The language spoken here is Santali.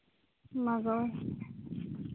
ᱢᱟᱜᱟᱣᱟ